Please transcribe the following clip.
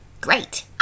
Great